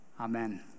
Amen